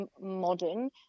modern